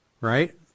Right